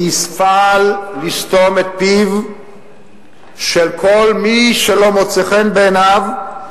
ויפעל לסתום את פיו של כל מי שלא מוצא חן בעיניו.